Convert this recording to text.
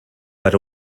per